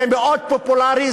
זה מאוד פופולרי,